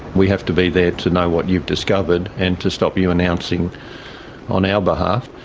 we have to be there to know what you've discovered and to stop you announcing on our behalf,